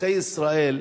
אזרחי ישראל,